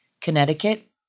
Connecticut